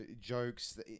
jokes